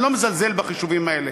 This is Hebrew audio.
אני לא מזלזל בחישובים האלה,